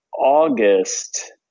August